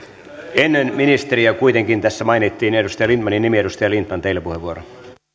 ennen ministeriä kuitenkin tässä mainittiin edustaja lindtmanin nimi edustaja lindtman teille puheenvuoro